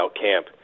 camp